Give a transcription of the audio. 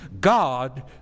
God